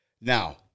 Now